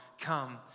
come